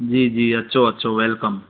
जी जी अचो अचो वेलकम